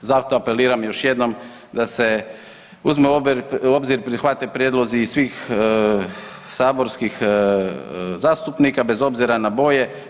Zato apeliram još jednom da se uzme u obzir, prihvate prijedlozi i svih saborskih zastupnika bez obzira na boje.